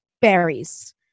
berries